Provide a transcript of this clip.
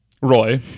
Roy